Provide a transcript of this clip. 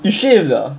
you shaved ah